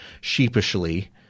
sheepishly